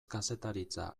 kazetaritza